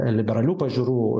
liberalių pažiūrų